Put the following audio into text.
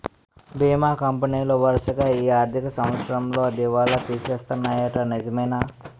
బీమా కంపెనీలు వరసగా ఈ ఆర్థిక సంవత్సరంలో దివాల తీసేస్తన్నాయ్యట నిజమేనా